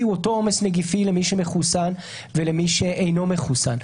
הוא אותו עומס נגיפי למי שמחוסן ולמי שאינו מחוסן.